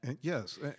Yes